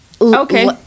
okay